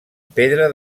pedra